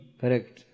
correct